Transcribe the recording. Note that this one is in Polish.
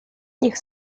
niech